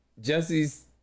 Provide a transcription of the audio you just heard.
Jesse's